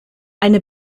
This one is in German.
eine